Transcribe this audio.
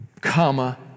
comma